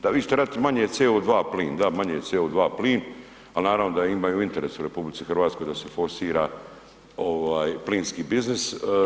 Da vi ste radit manje CO2 plin, da manje CO2 plin, ali naravno da ima i u interesu u RH da se forsira ovaj plinski biznis.